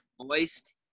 Moist